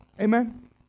Amen